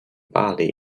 bali